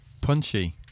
punchy